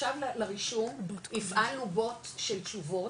עכשיו לרישום הפעלנו בוט של תשובות,